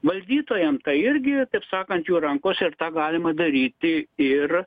valdytojam tai irgi taip sakant jų rankose ir tą galima daryti ir